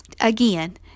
Again